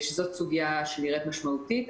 זאת סוגיה שנראית משמעותית.